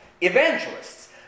evangelists